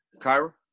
Kyra